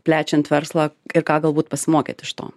plečiant verslą ir ką galbūt pasimokėt iš to